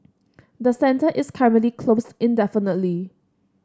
the centre is currently closed indefinitely